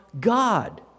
God